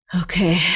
okay